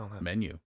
menu